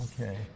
okay